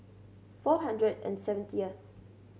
four hundred and seventieth